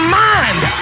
mind